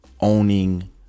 owning